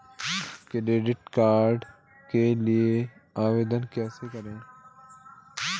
Credit card के लिए आवेदन कैसे करें?